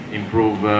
improve